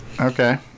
Okay